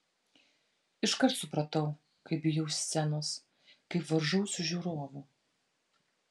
iškart supratau kaip bijau scenos kaip varžausi žiūrovų